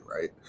right